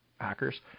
hackers